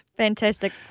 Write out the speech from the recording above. Fantastic